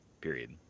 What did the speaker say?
period